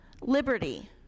liberty